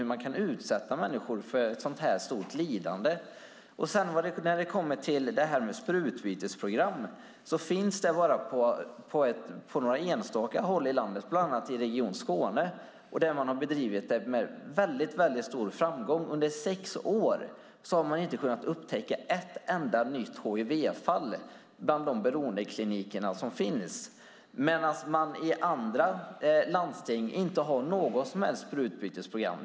Hur kan man utsätta människor för ett så stort lidande? Sprututbytesprogram finns bara på några enstaka håll i landet, bland annat i Region Skåne. Där har man bedrivit detta med stor framgång. Under sex år har man inte kunnat upptäcka ett enda nytt hivfall i de beroendekliniker som finns. I andra landsting har man inget som helst sprututbytesprogram.